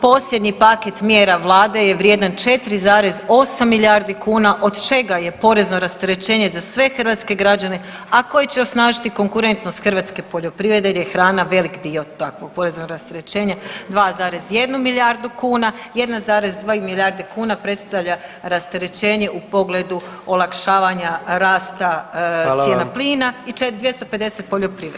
Posljednji paket mjera vlade je vrijedan 4,8 milijardi kuna, od čega je porezno rasterećenje za sve hrvatske građane, a koji će osnažiti konkurentnost hrvatske poljoprivrede jer je hrana velik dio takvog poreznog rasterećenja 2,1 milijardu kuna, 1,2 milijarde kuna predstavlja rasterećenje u pogledu olakšavanja rasta cijena plina i 250 poljoprivreda.